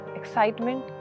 excitement